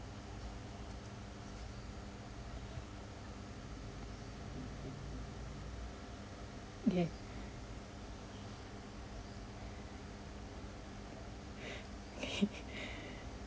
okay okay